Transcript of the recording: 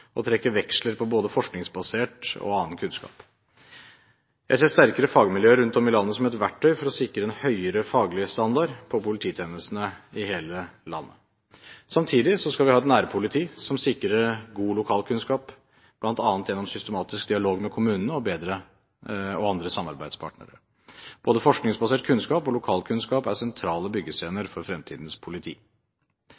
trekke veksler på både forskningsbasert og annen kunnskap. Jeg ser sterkere fagmiljøer rundt om i landet som et verktøy for å sikre en høyere faglig standard på polititjenestene i hele landet. Samtidig skal vi ha et nærpoliti som sikrer god lokalkunnskap, bl.a. gjennom systematisk dialog med kommunene og andre samarbeidspartnere. Både forskningsbasert kunnskap og lokalkunnskap er sentrale